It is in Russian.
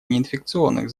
неинфекционных